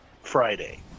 Friday